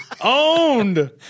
Owned